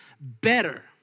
better